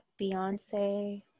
Beyonce